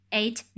eight